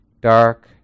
dark